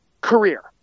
career